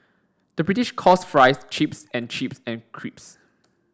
the British calls fries chips and chips and crisps